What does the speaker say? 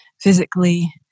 physically